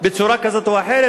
בצורה כזאת או אחרת,